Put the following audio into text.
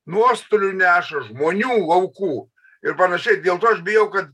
nuostolių neša žmonių aukų ir panašiai dėl to aš bijau kad